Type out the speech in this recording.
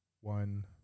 one